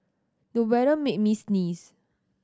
the weather made me sneeze